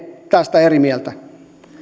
tästä eri mieltä